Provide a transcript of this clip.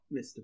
Mr